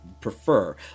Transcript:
prefer